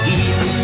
eat